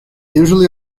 usually